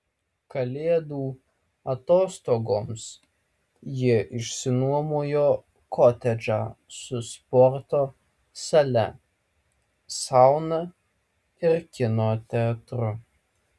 kalėdų atostogoms jie išsinuomojo kotedžą su sporto sale sauna ir kino teatru